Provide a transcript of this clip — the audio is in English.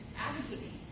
advocating